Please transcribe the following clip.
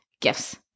gifts